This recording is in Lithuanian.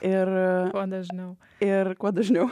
ir dažniau ir kuo dažniau